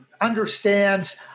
understands